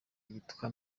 yitwa